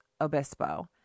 Obispo